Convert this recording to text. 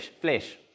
flesh